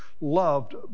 loved